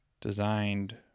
designed